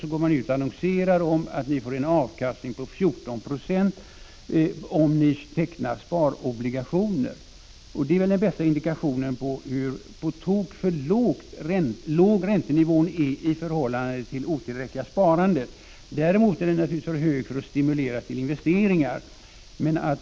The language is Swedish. Så går man ut och annonserar: Ni får en avkastning på 14 96 om ni tecknar sparobligationer. Det är väl den bästa indikationen på hur på tok för låg räntenivån är i förhållande till det otillräckliga sparandet. Däremot är den naturligtvis för hög för att stimulera till investeringar.